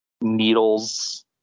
needles